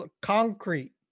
concrete